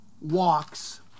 walks